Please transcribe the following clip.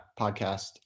podcast